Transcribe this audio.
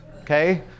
Okay